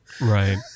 Right